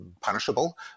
punishable